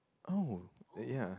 oh uh ya